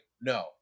no